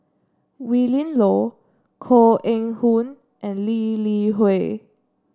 Willin Low Koh Eng Hoon and Lee Li Hui